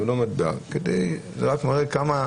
זה רק מראה כמה,